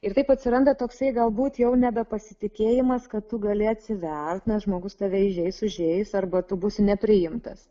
ir taip atsiranda toksai galbūt jau nebe pasitikėjimas kad tu gali atsivert na žmogus tave įžeis sužeis arba tu būsi nepriimtas